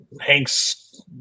Hanks